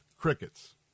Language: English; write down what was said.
crickets